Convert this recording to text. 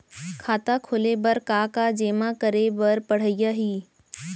खाता खोले बर का का जेमा करे बर पढ़इया ही?